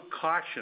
caution